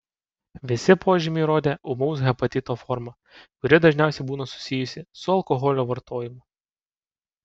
visi požymiai rodė ūmaus hepatito formą kuri dažniausiai būna susijusi su alkoholio vartojimu